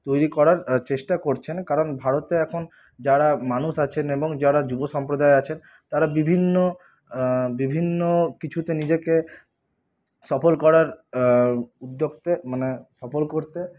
তৈরি করার চেষ্টা করছেন কারণ ভারতে এখন যারা মানুষ আছেন এবং যারা যুব সম্প্রদায় আছেন তারা বিভিন্ন বিভিন্ন কিছুতে নিজেকে সফল করার উদ্যোক্তে মানে সফল করতে